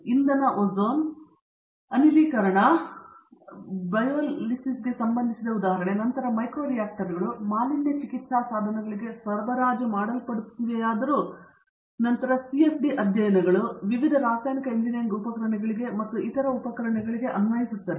ಇಂಧನ ಓಝೋನ್ ಅನಿಲೀಕರಣ ಬಯೋಲಿಸಿಸ್ಗೆ ಸಂಬಂಧಿಸಿದ ಉದಾಹರಣೆ ನಂತರ ಮೈಕ್ರೋ ರಿಯಾಕ್ಟರ್ಗಳು ಮಾಲಿನ್ಯ ಚಿಕಿತ್ಸಾ ಸಾಧನಗಳಿಗೆ ಸರಬರಾಜು ಮಾಡಲ್ಪಡುತ್ತವೆಯಾದರೂ ನಂತರ ಸಿಎಫ್ಡಿ ಅಧ್ಯಯನಗಳು ವಿವಿಧ ರಾಸಾಯನಿಕ ಎಂಜಿನಿಯರಿಂಗ್ ಉಪಕರಣಗಳಿಗೆ ಮತ್ತು ಇತರ ಉಪಕರಣಗಳಿಗೆ ಅನ್ವಯಿಸುತ್ತವೆ